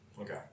Okay